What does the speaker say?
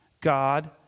God